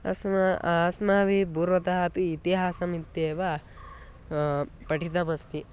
अस्माकं अस्माभिः पूर्वतः अपि इतिहासमित्येव पठितमस्ति